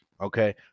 okay